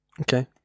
Okay